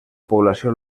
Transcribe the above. població